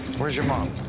where's your mom?